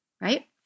right